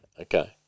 Okay